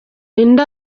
indi